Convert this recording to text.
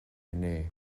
inné